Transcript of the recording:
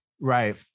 right